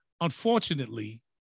unfortunately